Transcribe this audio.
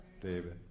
David